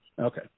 Okay